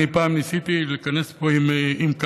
אני פעם ניסיתי להיכנס לפה עם קלנועית,